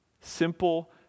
Simple